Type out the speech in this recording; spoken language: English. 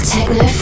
Techno